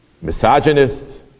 misogynist